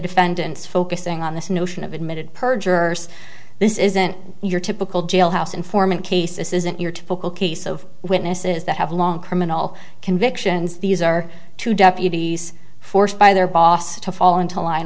focusing on this notion of admitted perjurers this isn't your typical jailhouse informant case this isn't your typical case of witnesses that have long criminal convictions these are two deputies forced by their boss to fall into line